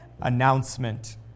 announcement